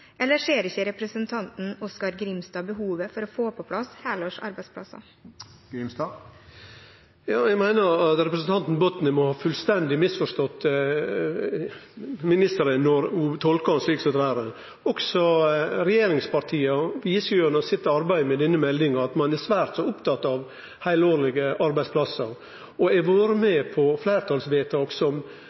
Eller ser ikke representanten Oskar J. Grimstad behovet for å få på plass helårs arbeidsplasser? Eg meiner at representanten Botten må ha fullstendig misforstått ministeren når ho tolkar han slik som dette. Også regjeringspartia viser gjennom sitt arbeid med denne meldinga at ein er svært så opptatt av heilårige arbeidsplassar. Og eg har vore med på fleirtalsvedtak som